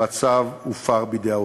והצו הופר בידי העוסק.